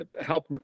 help